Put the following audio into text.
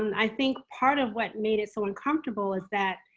i think part of what made it so uncomfortable is that